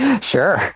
sure